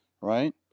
right